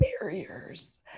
barriers